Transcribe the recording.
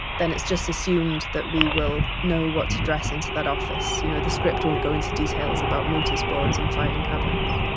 then it's just assumed that we will know what to address into that office. you know, the script won't go into details about notice boards and filing cabinets,